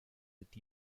with